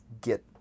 get